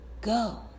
go